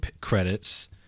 credits